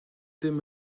dim